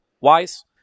wise